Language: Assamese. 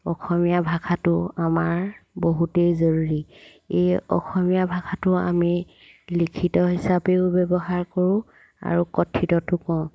অসমীয়া ভাষাটো আমাৰ বহুতেই জৰুৰী এই অসমীয়া ভাষাটো আমি লিখিত হিচাপেও ব্যৱহাৰ কৰোঁ আৰু কথিততো কওঁ